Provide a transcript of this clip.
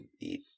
eat